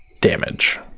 damage